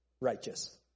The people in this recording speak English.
righteous